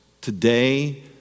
today